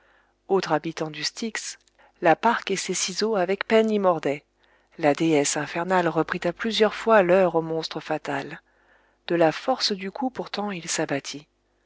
autre habitant du styx la parque et ses ciseaux avec peine y mordaient la déesse infernale reprit à plusieurs fois l'heure au monstre fatale de la force du coup pourtant il s'abattit